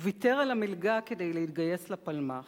הוא ויתר על המלגה כדי להתגייס לפלמ"ח,